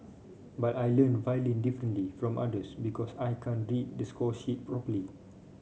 but I learn violin differently from others because I can't read the score sheet properly